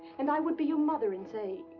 and i would be your mother and say,